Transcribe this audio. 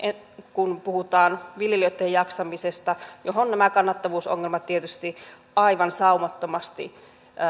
kun puhutaan viljelijöitten jaksamisesta johon nämä kannattavuusongelmat tietysti aivan saumattomasti